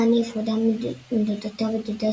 כאן היא הופרדו מדודתה ודודה,